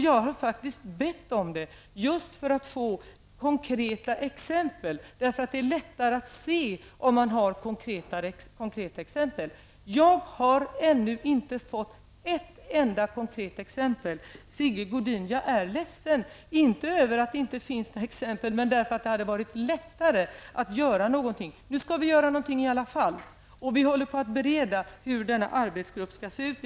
Jag har faktiskt bett om det just för att få konkreta exempel -- det är lättare att se problemet om man har sådana. Jag har ännu inte fått ett enda sådant exempel. Sigge Godin! Jag är ledsen, inte över att det inte finns några exempel, men därför att det i så fall hade varit lättare att göra någonting. Nu skall vi göra någonting ändå, och vi håller på att gå igenom hur arbetsgruppen skall se ut.